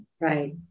right